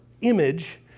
image